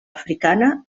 africana